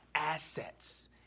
Assets